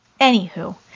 Anywho